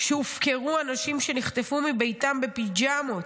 כשהופקרו האנשים שנחטפו מביתם בפיג'מות,